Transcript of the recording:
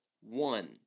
one